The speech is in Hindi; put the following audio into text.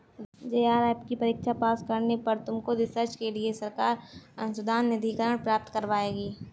जे.आर.एफ की परीक्षा पास करने पर तुमको रिसर्च के लिए सरकार अनुसंधान निधिकरण प्राप्त करवाएगी